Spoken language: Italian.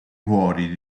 cuori